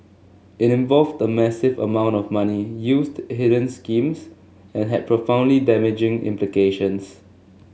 it involved the massive amount of money used hidden schemes and had profoundly damaging implications